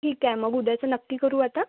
ठीक आहे मग उद्याचं नक्की करू आता